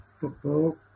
football